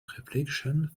reflection